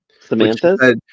Samantha